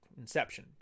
Inception